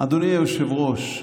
אדוני היושב-ראש,